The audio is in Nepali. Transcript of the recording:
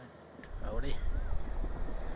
हैट हाउडे